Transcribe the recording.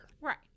Right